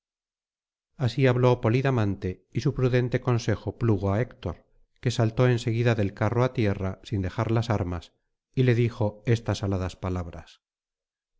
así habló polidamante y su prudente consejo plugo á héctor que saltó en seguida del carro á tierra sin dejar las armas y le dijo estas aladas palabras